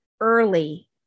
early